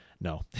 No